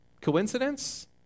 Coincidence